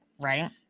right